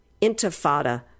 Intifada